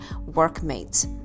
workmates